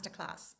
Masterclass